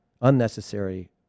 unnecessary